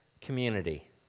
community